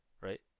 right